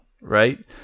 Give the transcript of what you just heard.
right